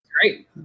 Great